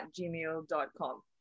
gmail.com